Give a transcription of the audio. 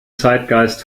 zeitgeist